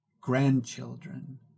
grandchildren